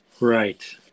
Right